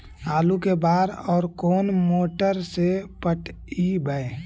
आलू के बार और कोन मोटर से पटइबै?